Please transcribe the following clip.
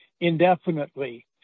indefinitely